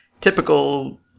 typical